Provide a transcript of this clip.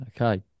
Okay